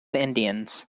indians